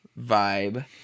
vibe